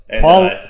Paul